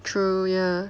true ya